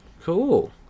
Cool